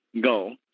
go